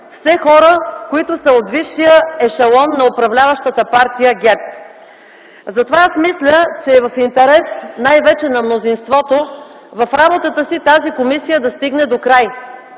все хора, които са от висшия ешелон на управляващата партия ГЕРБ. Затова аз мисля, че е в интерес най-вече на мнозинството в работата си тази комисия да стигне докрай,